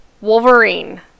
Wolverine